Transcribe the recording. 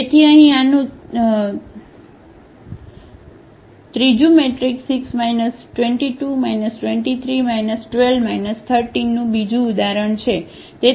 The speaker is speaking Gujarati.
તેથી અહીં આનું 3 બીજું 3 મેટ્રિક્સ 6 2 2 2 3 1 2 1 3 નું બીજું ઉદાહરણ છે